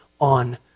on